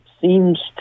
seems